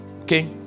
okay